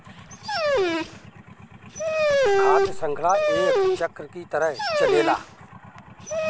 खाद्य शृंखला एक चक्र के तरह चलेला